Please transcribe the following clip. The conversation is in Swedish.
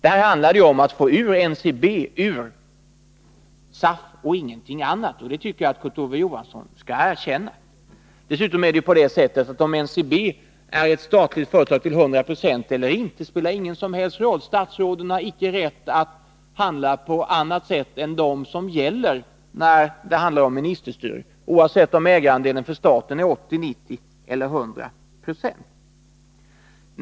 Här handlar det ju om att få NCB ut ur SAF och ingenting annat, och det tycker jag att Kurt Ove Johansson skall erkänna. Om NCPB är ett statligt företag till 100 26 eller inte spelar dessutom ingen roll när det är fråga om ministerstyre. Statsråden har icke rätt att handla på annat sätt än enligt de regler som gäller, oavsett om ägarandelen för staten är 80, 90 eller 100 96.